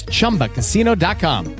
ChumbaCasino.com